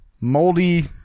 moldy